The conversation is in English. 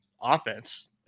offense